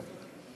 לא.